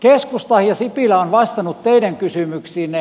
keskusta ja sipilä on vastannut teidän kysymyksiinne